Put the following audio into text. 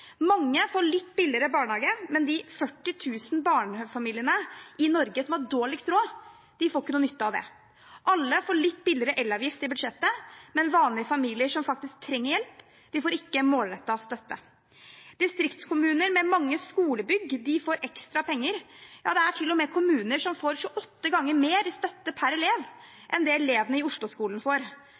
Mange får litt billigere barnehage, men de 40 000 barnefamiliene i Norge som har dårligst råd, får ikke noen nytte av det. Alle får litt billigere elavgift i budsjettet, men vanlige familier som faktisk trenger hjelp, får ikke målrettet støtte. Distriktskommuner med mange skolebygg får ekstra penger – ja, det er til og med kommuner som får 28 ganger mer i støtte per elev enn det elevene i Osloskolen får.